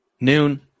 noon